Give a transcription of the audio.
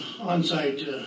on-site